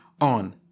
on